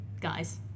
guys